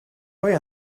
poi